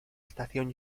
estación